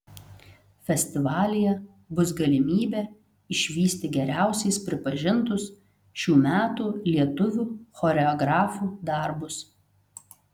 festivalyje bus galimybė išvysti geriausiais pripažintus šių metų lietuvių choreografų darbus